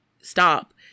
stop